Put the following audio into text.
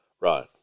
Right